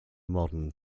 modern